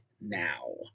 now